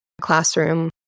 classroom